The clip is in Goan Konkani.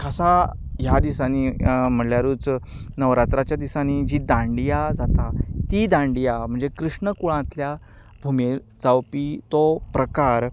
खासा ह्या दिसांनी म्हणल्यारूच नवरात्रांच्या दिसांनी जी दांडिया जाता ती दांडिया म्हणजे कृष्ण कुळांतल्या भुमेर जावपी तो प्रकार